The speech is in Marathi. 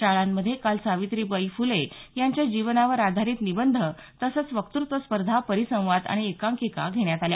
शाळांमध्ये काल सावित्रीबाई फुले यांच्या जीवनावर आधारित निबंध तसंच वक्तत्व स्पर्धा परिसंवाद आणि एकांकिका घेण्यात आल्या